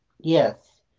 Yes